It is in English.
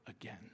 again